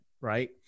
right